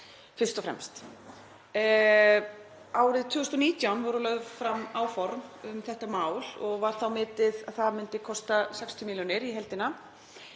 fyrst og fremst. Árið 2019 voru lögð fram áform um þetta mál og var þá metið að það myndi kosta 60 milljónir í heildina.